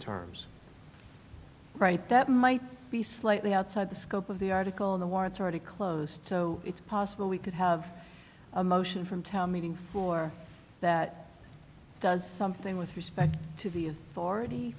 terms right that might be slightly outside the scope of the article in the warrants already closed so it's possible we could have a motion from town meeting for that does something with respect to the authority